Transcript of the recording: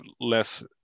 less